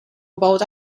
about